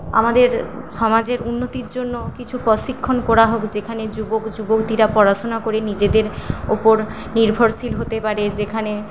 আমাদের সমাজের উন্নতির জন্য কিছু প্রশিক্ষণ করা হোক যেখানে যুবক যুবতীরা পড়াশোনা করে নিজেদের ওপর নির্ভরশীল হতে পারে যেখানে